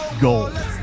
gold